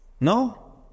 No